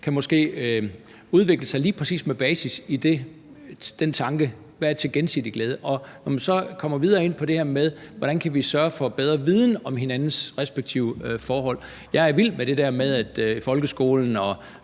kan udvikle noget lige præcis med basis i den tanke at være til gensidig glæde. Når man så går videre og kommer ind på det her med, hvordan vi kan sørge for bedre viden om hinandens respektive forhold, vil jeg sige, at jeg er vild med det der med, at folkeskolen og